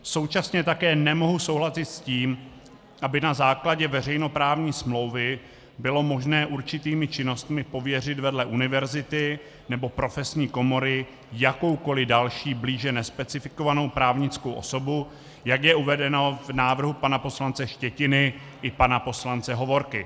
Současně také nemohu souhlasit s tím, aby na základě veřejnoprávní smlouvy bylo možné určitými činnostmi pověřit vedle univerzity nebo profesní komory jakoukoli další blíže nespecifikovanou právnickou osobu, jak je uvedeno v návrhu pana poslance Štětiny i pana poslance Hovorky.